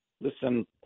Listen